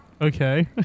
okay